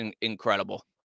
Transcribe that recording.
incredible